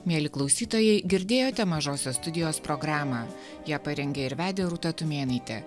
mieli klausytojai girdėjote mažosios studijos programą ją parengė ir vedė rūta tumėnaitė